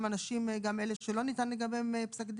גם אלה שלא ניתן לגביהם פסק דין?